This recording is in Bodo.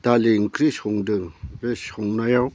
दालि ओंख्रि संदों बे संनायाव